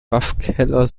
waschkeller